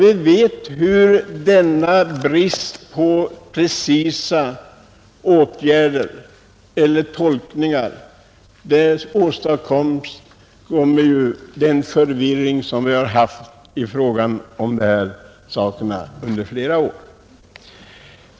Vi vet att denna brist på precisa tolkningar åstadkommit en förvirring som under flera år rått i fråga om dessa saker.